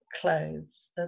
Clothes